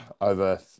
over